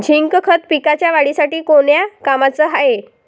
Zinc खत पिकाच्या वाढीसाठी कोन्या कामाचं हाये?